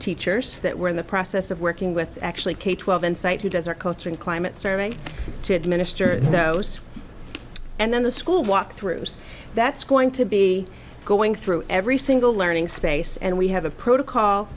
teachers that we're in the process of working with actually k twelve and site who does our culture and climate survey to administer those and then the school walk through that's going to be going through every single learning space and we have a protocol